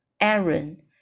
Aaron